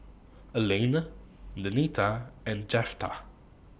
Elaine Denita and Jeptha